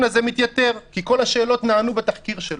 הזה מתייתר כי כל השאלות נענו בתחקיר שלו.